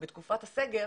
בתקופת הסגר,